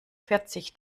vierzig